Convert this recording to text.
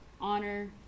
honor